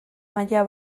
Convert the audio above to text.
maila